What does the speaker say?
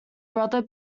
brother